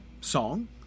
song